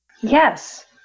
Yes